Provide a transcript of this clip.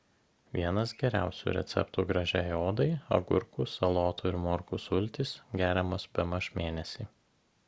vienas geriausių receptų gražiai odai agurkų salotų ir morkų sultys geriamos bemaž mėnesį